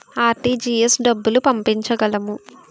RTGS డబ్బులు పంపించగలము?